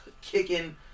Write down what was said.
kicking